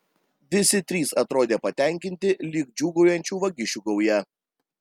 visi trys atrodė patenkinti lyg džiūgaujančių vagišių gauja